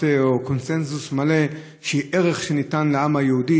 קונסנזוס מלא שהיא ערך שניתן לעם היהודי,